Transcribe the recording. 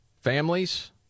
families